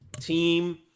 team